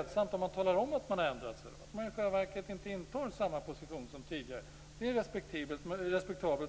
- att tala om att man har ändrat sig, att man i själva verket inte intar samma position som tidigare. Det är respektabelt.